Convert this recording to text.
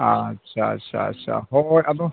ᱟᱪᱪᱷᱟ ᱟᱪᱪᱷᱟ ᱟᱪᱪᱷᱟ ᱦᱳᱭ ᱟᱫᱚ